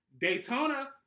Daytona